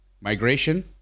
migration